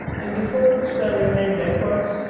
and before could spell your name backwards,